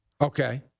Okay